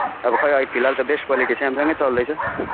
अब खै अहिले फिलहाल त बेस्ट क्वालिटी स्यामसङ नै चल्दैछ